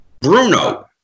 Bruno